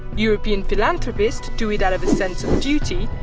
european philanthropists do it out of a sense of duty,